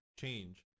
change